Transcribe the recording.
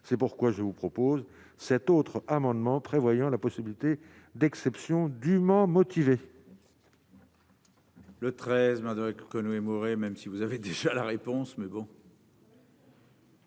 c'est pourquoi je vous propose cet autre amendement prévoyant la possibilité d'exception dument motivée. Le 13 mai Derek Conway Mouret, même si vous avez déjà la réponse, mais bon.